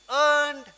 earned